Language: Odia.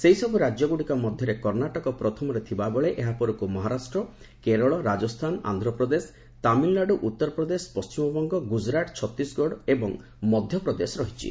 ସେହିସବ୍ର ରାଜ୍ୟ ଗୁଡ଼ିକ ମଧ୍ୟରେ କର୍ଷ୍ଣାଟକ ପ୍ରଥମରେ ଥିବା ବେଳେ ଏହା ପରକ୍ ମହାରାଷ୍ଟ୍ର କେରଳ ରାଜସ୍ଥାନ ଆନ୍ଧ୍ରପ୍ରଦେଶ ତାମିଲନାଡ଼ୁ ଉତ୍ତରପ୍ରଦେଶ ପଶ୍ଚିମବଙ୍ଗ ଗ୍ରଜରାଟ ଛତିଶଗଡ଼ ଏବଂ ମଧ୍ୟପ୍ରଦେଶ ରହିଛି